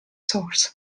source